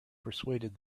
persuaded